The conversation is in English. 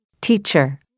Teacher